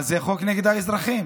אבל זה חוק נגד האזרחים.